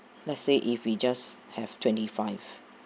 let's say if we just have twenty five